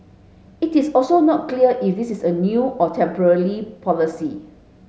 it is also not clear if this is a new or temporarily policy